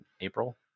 April